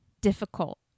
difficult